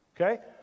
Okay